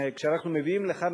שכשאנחנו מביאים לכאן,